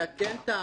מתקן את העבר.